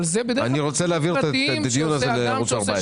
אבל זה בדרך כלל --- שעושה שינוי תב"ע וכולי.